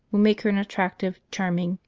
would make her an attractive, charm ing,